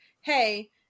hey